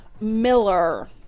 Miller